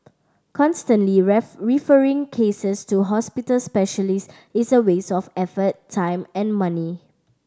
constantly referring cases to hospital specialist is a waste of effort time and money